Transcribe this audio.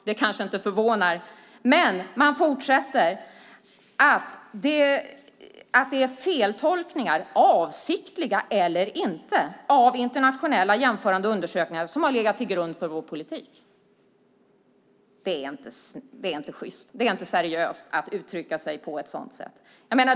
Det kanske inte förvånar, men de fortsätter och menar att det är feltolkningar, avsiktliga eller inte, av internationella jämförande undersökningar som har legat till grund för vår politik. Det är inte sjyst eller seriöst att uttrycka sig på ett sådant sätt.